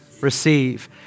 receive